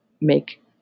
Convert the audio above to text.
make